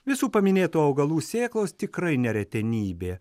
visų paminėtų augalų sėklos tikrai ne retenybė